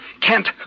Kent